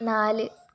നാല്